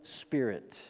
Spirit